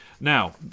Now